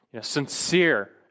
sincere